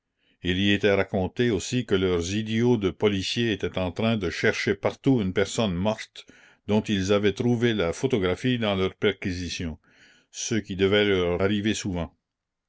il y était raconté aussi que leurs idiots de policiers étaient en train la commune de chercher partout une personne morte dont ils avaient trouvé la photographie dans leurs perquisitions ce qui devait leur arriver souvent